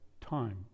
time